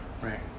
Right